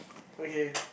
okay